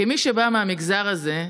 כמי שבאה מהמגזר הזה,